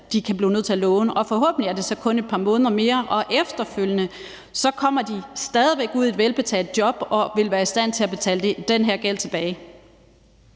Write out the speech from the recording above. den situation, at de kan låne. Forhåbentlig er det så kun et par måneder mere. Efterfølgende kommer de stadig væk ud i et velbetalt job og vil være i stand til at betale den her gæld tilbage.